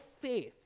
faith